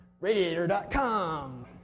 radiator.com